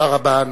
(חברי הכנסת מכבדים בקימה את זכרם של המנוחים.) תודה רבה.